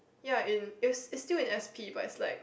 ya in it's it's still in s_p but it's like